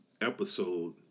episode